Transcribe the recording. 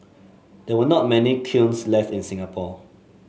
there are not many kilns left in Singapore